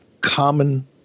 common